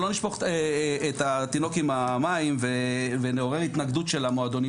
שלא נשפוך את התינוק עם המים ונעורר התנגדות של המועדונים,